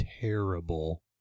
terrible